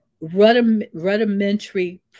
rudimentary